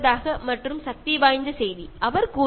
ഇത് വളരെ ശക്തമായ ഒരു മെസ്സേജ് നമുക്ക് തരുന്നു